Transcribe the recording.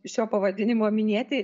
šio pavadinimo minėti